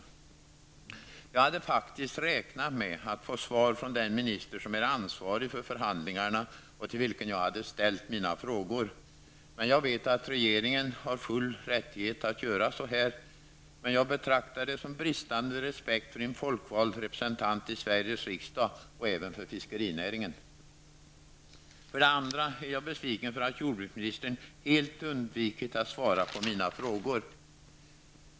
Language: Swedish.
För det första hade jag faktiskt räknat med att få svar från den minister som är ansvarig för förhandlingarna och till vilken jag hade ställt mina frågor. Men jag vet att regeringen har full rättighet att göra så här. Jag betraktar det dock som bristande respekt för en folkvald representant i Sveriges riksdag och även för fiskerinäringen. För det andra är jag besviken över att jordbruksministern helt har undvikit att svara på mina frågor.